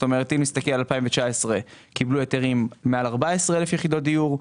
אם נסתכל על 2019 קיבלו היתרים מעל 14,000 יחידות דיור.